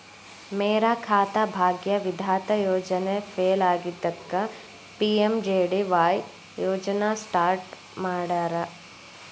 ಮೇರಾ ಖಾತಾ ಭಾಗ್ಯ ವಿಧಾತ ಯೋಜನೆ ಫೇಲ್ ಆಗಿದ್ದಕ್ಕ ಪಿ.ಎಂ.ಜೆ.ಡಿ.ವಾಯ್ ಯೋಜನಾ ಸ್ಟಾರ್ಟ್ ಮಾಡ್ಯಾರ